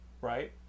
right